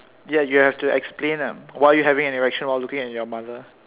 ya you have to explain lah why you having an erection while looking at your mother